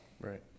right